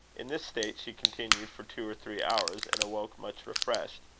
in this state she continued for two or three hours, and awoke much refreshed.